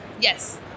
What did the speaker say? Yes